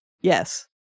yes